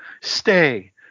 stay